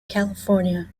california